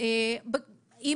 ונאלצה לצאת לעבוד.